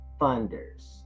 funders